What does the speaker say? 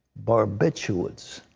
barbiturates.